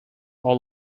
all